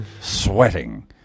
sweating